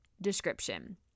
description